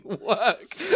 work